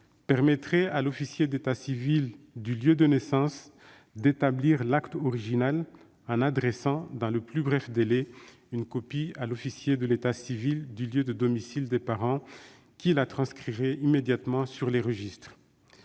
conduirait l'officier d'état civil du lieu de naissance à établir l'acte original et à en adresser, dans les plus brefs délais, une copie à l'officier de l'état civil du lieu de domicile des parents, qui la transcrirait immédiatement sur ses registres.